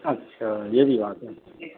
اچھا یہ بھی بات ہے